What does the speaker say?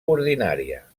ordinària